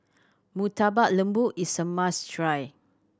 Murtabak Lembu is a must try